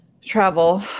travel